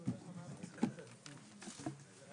ננעלה בשעה 11:54.